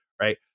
Right